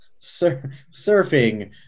surfing